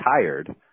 tired